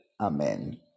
Amen